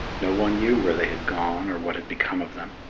no one knew where they had gone or what had become of them.